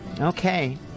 Okay